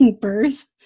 birth